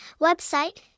Website